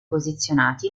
posizionati